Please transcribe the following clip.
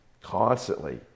constantly